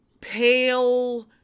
pale